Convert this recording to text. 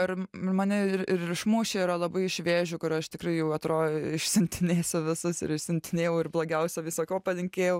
ir mane ir ir išmušę yra labai iš vėžių kur aš tikrai jau atrodo išsiuntinėsiu visus ir išsiuntinėjau ir blogiausio visa ko palinkėjau